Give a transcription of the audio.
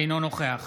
אינו נוכח